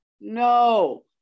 No